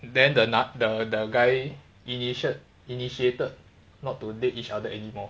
then the the the guy initit~ initiated not to date each other anymore